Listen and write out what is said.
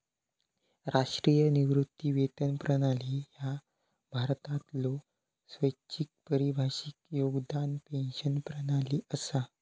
राष्ट्रीय निवृत्ती वेतन प्रणाली ह्या भारतातलो स्वैच्छिक परिभाषित योगदान पेन्शन प्रणाली असा